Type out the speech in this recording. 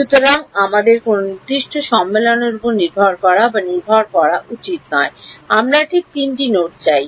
সুতরাং আমাদের কোনও নির্দিষ্ট সম্মেলনের উপর নির্ভর করা বা নির্ভর করা উচিত নয় আমরা ঠিক তিনটি নোড চাই